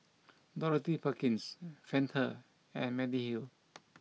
Dorothy Perkins Fanta and Mediheal